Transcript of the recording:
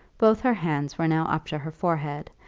both her hands were now up to her forehead,